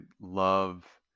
love